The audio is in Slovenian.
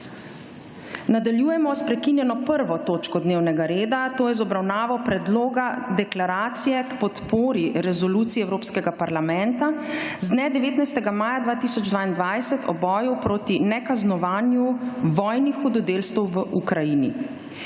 Nadaljujemoprekinjeno 1. točko dnevnega reda – Predlog deklaracije k podpori Resoluciji Evropskega parlamenta z dne 19. maja 2022 o boju proti nekaznovanju vojnih hudodelstev v Ukrajini.